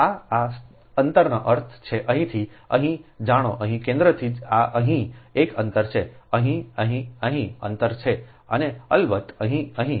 તેથી આ આ અંતરનો અર્થ છે અહીંથી અહીં જાણો અહીં કેન્દ્રથી આ અહીં એક અંતર છે અહીં અહીં અહીં અંતર છે અને અલબત્ત અહીં અહીં